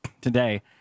today